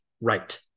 right